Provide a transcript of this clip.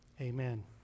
Amen